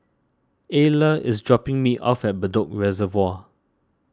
Ala is dropping me off at Bedok Reservoir